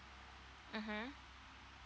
mmhmm